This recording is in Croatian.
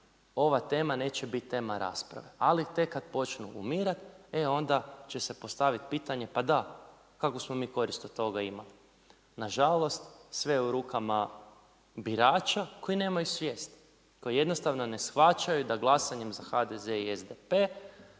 ova tema neće biti tema rasprave. Ali tek kad počnu umirat, e onda će se postaviti pitanje, pa da, kakvu smo mi korist od toga imali? Nažalost, sve je u rukama birača koji nemaju svijest, koji jednostavno ne shvaćaju da glasanjem za HDZ i SDP,